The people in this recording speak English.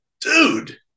dude